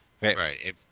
Right